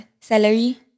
salary